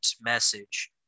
message